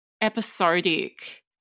episodic